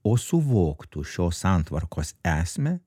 o suvoktų šios santvarkos esmę